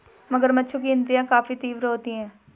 मगरमच्छों की इंद्रियाँ काफी तीव्र होती हैं